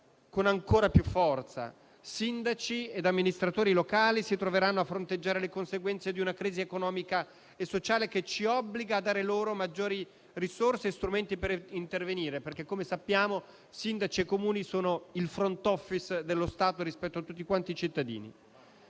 con ancora più forza; sindaci e amministratori locali si troveranno a fronteggiare le conseguenze di una crisi economica e sociale che ci obbliga a dare loro maggiori risorse e strumenti per intervenire perché, come sappiamo, sindaci e Comuni sono il *front office* dello Stato rispetto a tutti i cittadini.